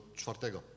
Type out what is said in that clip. czwartego